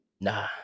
nah